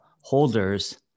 holders